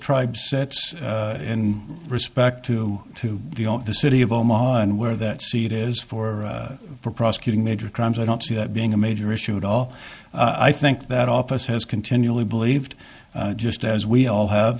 tribe sets in respect to to the city of oman where that seat is for prosecuting major crimes i don't see that being a major issue at all i think that office has continually believed just as we all have